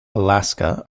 alaska